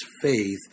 faith